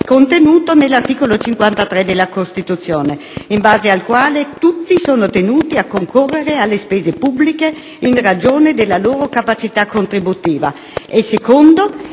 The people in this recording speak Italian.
contenuto nell'articolo 53 della Costituzione, in base al quale "tutti sono tenuti a concorrere alle spese pubbliche in ragione della loro capacità contributiva".